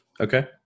Okay